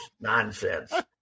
nonsense